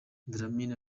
dlamini